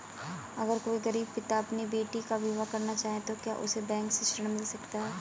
अगर कोई गरीब पिता अपनी बेटी का विवाह करना चाहे तो क्या उसे बैंक से ऋण मिल सकता है?